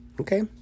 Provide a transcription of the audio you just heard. Okay